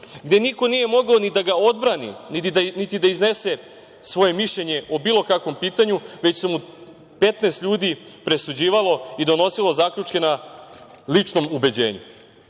gde niko nije mogao ni da ga odbrani, niti da iznese svoje mišljenje o bilo kakvom pitanju, već mu je 15 ljudi presuđivalo i donosilo zaključke na ličnom ubeđenju. Dakle,